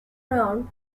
round